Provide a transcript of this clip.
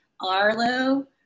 arlo